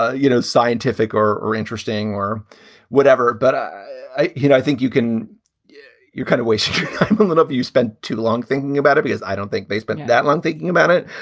ah you know, scientific or or interesting or whatever. but i i you know think you can yeah you're kind of waste that up. you spent too long thinking about it because i don't think they spent that long thinking about it.